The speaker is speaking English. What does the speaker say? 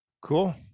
cool